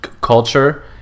culture